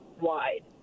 wide